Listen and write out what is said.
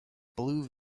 blue